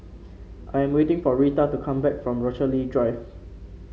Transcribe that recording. I am waiting for Rita to come back from Rochalie Drive